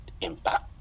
impact